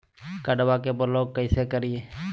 कार्डबा के ब्लॉक कैसे करिए?